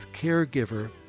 caregiver